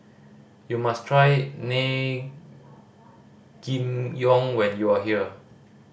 you must try when you are here